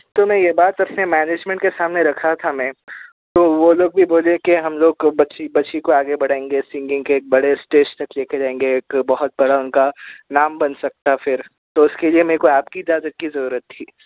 تو میں یہ بات میں اپنے مینجمینٹ کے سامنے رکھا تھا میں تو وہ لوگ بھی بولے کہ ہم لوگ بچی بچی کو آگے بڑھائیں گے سنگنگ کے ایک بڑے اسٹیج تک لے کے جائیں گے ایک بہت بڑا ان کا نام بن سکتا پھر تو اس کے لیے میرے کو آپ کی اجازت کی ضرورت تھی